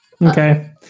Okay